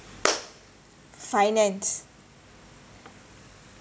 finance